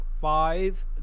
five